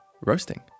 roasting